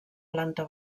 planta